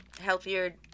healthier